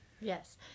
Yes